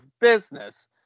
business